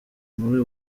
muri